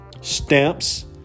stamps